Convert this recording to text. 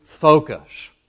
Focus